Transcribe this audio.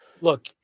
look